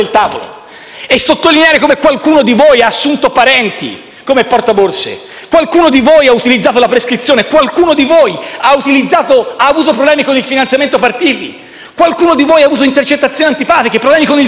e sottolineare come qualcuno di voi ha assunto parenti come portaborse, come qualcuno di voi ha utilizzato la prescrizione, come qualcuno di voi ha avuto problemi con il finanziamento ai partiti, intercettazioni antipatiche, problemi con il fisco,